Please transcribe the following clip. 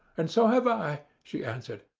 and so have i, she answered,